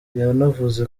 yanavuze